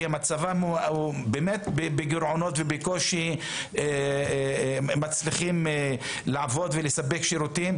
כי מצבם הוא באמת בגירעונות ובקושי מצליחים לעבוד ולספק שירותים,